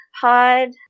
pod